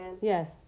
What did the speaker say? yes